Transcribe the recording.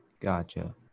Gotcha